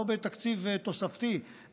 לא בתקציב תוספתי,